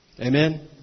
Amen